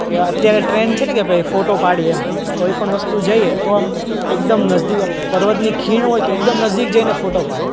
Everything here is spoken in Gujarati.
કે અત્યારે ટ્રેન્ડ છે ને કે ભાઈ ફોટો પાડીએ એમ કોઈપણ વસ્તુ જોઈએ તો એકદમ નજીક પર્વતની ખીણ હોય તો એકદમ નજીક જઈને ફોટો પાડે